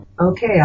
Okay